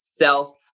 self